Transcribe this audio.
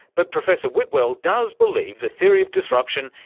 but professor whitwell does believe the theory of disruption,